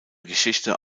geschichte